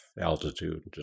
altitude